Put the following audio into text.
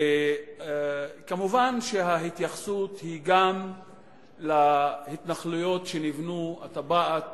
מובן שההתייחסות היא גם להתנחלויות שנבנו, הטבעת